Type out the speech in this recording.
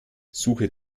suche